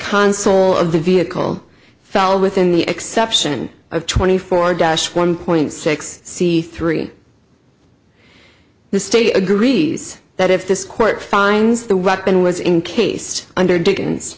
console of the vehicle fell within the exception of twenty four dash one point six c three the state agrees that if this court finds the weapon was in case under dickens